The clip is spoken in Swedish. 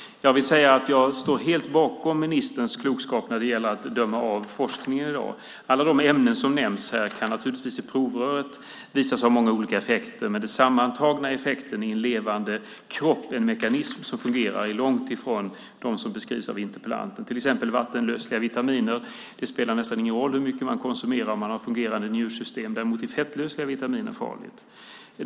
Jag står helt bakom ministerns klokskap när det gäller att döma av forskningen i dag. Alla de ämnen som nämns här kan naturligtvis i provröret visa sig ha många olika effekter. Men den sammantagna effekten i en levande kropp, i en mekanism som fungerar, är långt ifrån det som beskrivs av interpellanten. Till exempel spelar det nästan ingen roll hur mycket vattenlösliga vitaminer man konsumerar om man har fungerande njursystem. Däremot är fettlösliga vitaminer farliga.